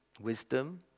wisdom